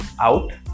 out